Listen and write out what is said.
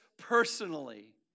personally